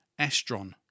Estron